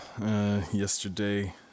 Yesterday